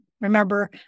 remember